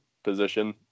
position